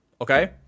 Okay